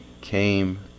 came